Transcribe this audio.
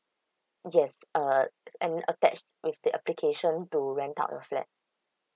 yes uh and attached with the application to rent out a flat